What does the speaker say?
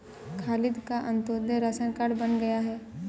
खालिद का Antyodaya ration card बन गया है